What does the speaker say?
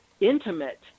intimate